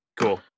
Cool